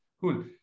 Cool